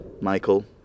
Michael